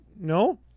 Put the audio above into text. No